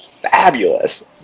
fabulous